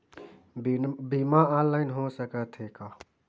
बीमा ऑनलाइन हो सकत हे का?